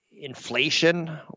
inflation